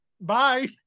Bye